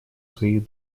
своих